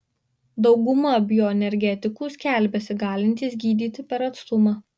dauguma bioenergetikų skelbiasi galintys gydyti per atstumą